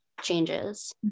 changes